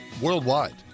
worldwide